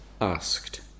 asked